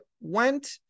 went